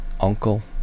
uncle